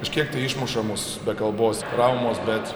kažkiek tai išmuša mus be kalbos traumos bet